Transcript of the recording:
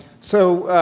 so,